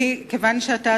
כיוון שאתה,